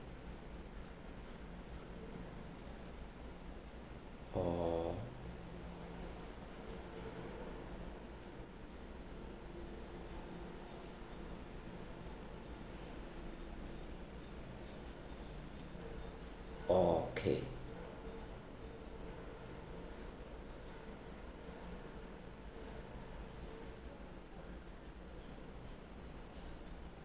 oh okay